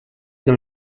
dans